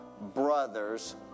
brother's